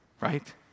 right